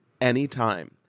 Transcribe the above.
anytime